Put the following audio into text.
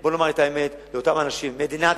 בוא ונאמר את האמת לאותם אנשים: מדינת